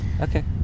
Okay